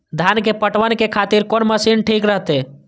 धान के पटवन के खातिर कोन मशीन ठीक रहते?